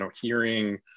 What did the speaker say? hearing